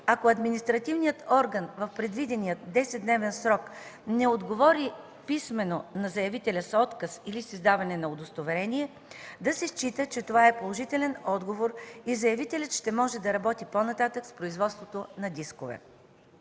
ако административният орган в предвидения 10-дневен срок не отговори писмено на заявителя с отказ или с издаване на удостоверение – да се счита, че това е положителен отговор и заявителят ще може да работи по-нататък с производството на дискове.